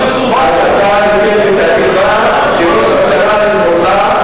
אז אתה נותן לי את התקווה שראש הממשלה לשמאלך,